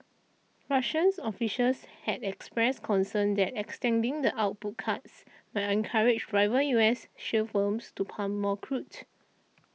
Russian officials had expressed concern that extending the output cuts might encourage rival U S shale firms to pump more crude